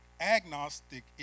agnostic